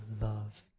love